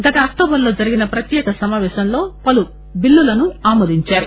గత అక్టోబర్ లో జరిగిన ప్రత్యేక సమావేశంలో పలు బిల్లులను ఆమోదించారు